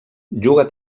juga